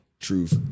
truth